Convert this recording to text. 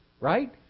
right